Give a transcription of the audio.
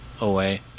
away